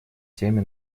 теме